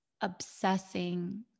obsessing